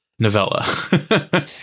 novella